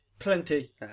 Plenty